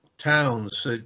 towns